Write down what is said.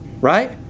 right